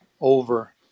over